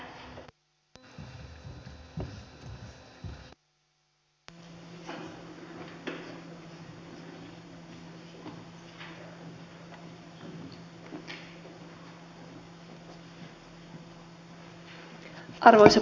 arvoisa puhemies